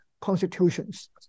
constitutions